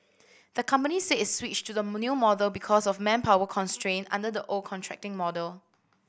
the company said it switched to the new model because of manpower constraint under the old contracting model